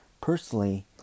Personally